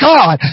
God